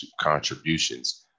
contributions